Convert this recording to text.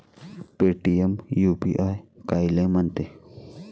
Paytm UPI कायले म्हनते?